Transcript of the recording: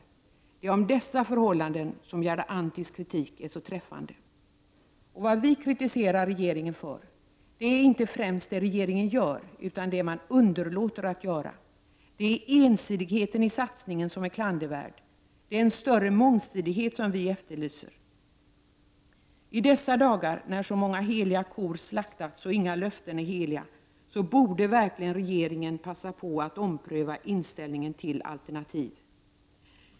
Det är i fråga om dessa förhållanden som Gerda Anttis kritik är så träffande. Vad vi kritiserar regeringen för är inte främst det som regeringen gör utan det som den underlåter att göra. Det är ensidigheten i satsningen som är klandervärd. Det är en större mångsidighet som vi efterlyser. I dessa dagar, när så många heliga kor har slaktats och inga löften är heliga, borde regeringen verkligen passa på att ompröva inställningen till alternativ.